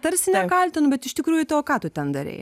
tarsi nekaltinu bet iš tikrųjų ką tu ten darei